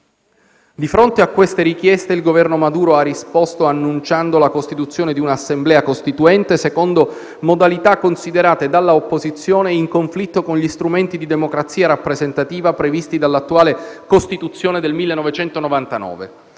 Di fronte a queste richieste, il Governo Maduro ha risposto annunciando la costituzione di un'assemblea costituente, secondo modalità considerate dall'opposizione in conflitto con gli strumenti di democrazia rappresentativa previsti dall'attuale Costituzione del 1999.